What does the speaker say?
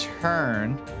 turn